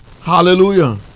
Hallelujah